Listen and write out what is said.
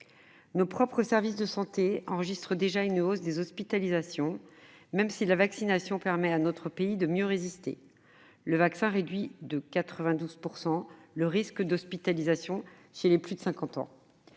Nos propres services de santé enregistrent déjà une hausse des hospitalisations, même si la vaccination permet à notre pays de mieux résister. En effet, le vaccin réduit de 92 % le risque d'hospitalisation chez les plus de 50 ans.